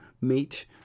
meet